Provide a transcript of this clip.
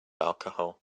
alcohol